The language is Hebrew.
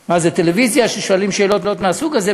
מה, זה טלוויזיה ששואלים שאלות מהסוג הזה?